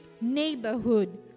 neighborhood